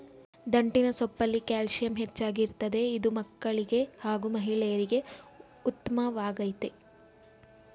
ದಂಟಿನ ಸೊಪ್ಪಲ್ಲಿ ಕ್ಯಾಲ್ಸಿಯಂ ಹೆಚ್ಚಾಗಿ ಇರ್ತದೆ ಇದು ಮಕ್ಕಳಿಗೆ ಹಾಗೂ ಮಹಿಳೆಯರಿಗೆ ಉತ್ಮವಾಗಯ್ತೆ